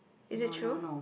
is it true